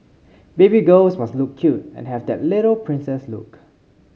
baby girls must look cute and have that little princess look